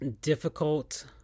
difficult